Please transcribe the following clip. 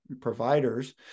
providers